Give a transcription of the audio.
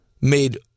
made